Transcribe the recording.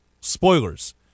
spoilers